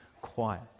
quiet